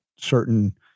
certain